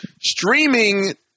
streaming